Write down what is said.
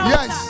Yes